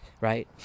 right